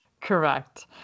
Correct